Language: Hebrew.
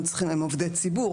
הם עובדי ציבור,